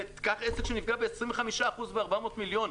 קח עסק שנפגע ב-25% ו-400 מיליון,